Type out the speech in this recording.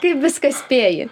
kaip viską spėji